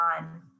on